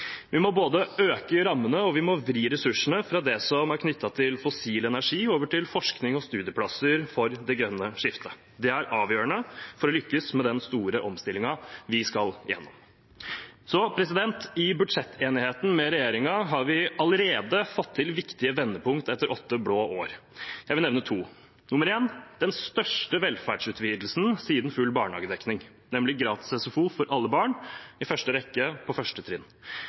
Vi må både øke rammene og vri ressursene fra det som er knyttet til fossil energi, over til forskning og studieplasser for det grønne skiftet. Det er avgjørende for å lykkes med den store omstillingen vi skal gjennom. I budsjettenigheten med regjeringen har vi allerede fått til viktige vendepunkt etter åtte blå år. Jeg vil nevne to. Det første er den største velferdsutvidelsen siden full barnehagedekning, nemlig gratis SFO for alle barn, i første rekke på 1. trinn.